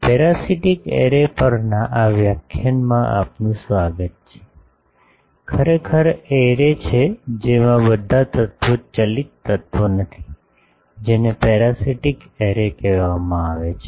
parasitic array પરના આ વ્યાખ્યાનમાં આપનું સ્વાગત છે ખરેખર એરે છે જેમાં બધા તત્વો ચાલિત તત્વ નથી જેને પેરાસિટિક એરે કહેવામાં આવે છે